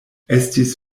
estis